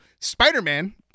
Spider-Man